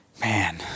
man